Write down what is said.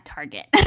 Target